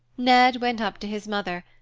ned went up to his mother,